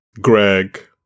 Greg